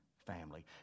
family